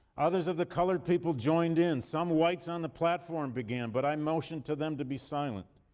others of the colored people joined in. some whites on the platform began, but i motioned to them to be silent.